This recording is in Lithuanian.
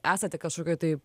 esate kažkokioj tai